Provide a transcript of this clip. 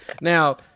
now